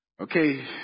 okay